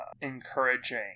Encouraging